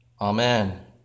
Amen